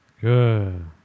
Good